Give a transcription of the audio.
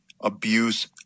abuse